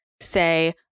say